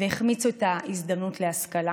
והחמיצו את ההזדמנות להשכלה,